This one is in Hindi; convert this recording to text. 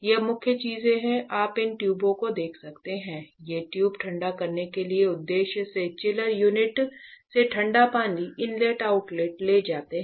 ये मुख्य चीजें हैं आप इन ट्यूबों को देख सकते हैं ये ट्यूब ठंडा करने के उद्देश्य से चिलर यूनिट से ठंडा पानी इनलेट आउटलेट ले जाते हैं